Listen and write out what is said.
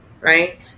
right